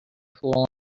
pool